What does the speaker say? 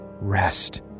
rest